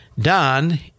Don